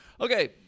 okay